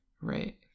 Right